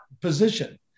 position